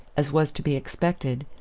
as was to be expected,